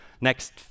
Next